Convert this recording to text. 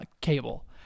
cable